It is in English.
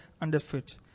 underfoot